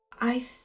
I